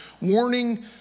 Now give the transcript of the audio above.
warning